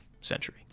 century